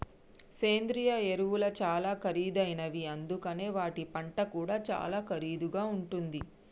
సేంద్రియ ఎరువులు చాలా ఖరీదైనవి అందుకనే వాటి పంట కూడా చాలా ఖరీదుగా ఉంటుంది